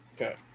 Okay